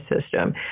system